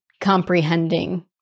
comprehending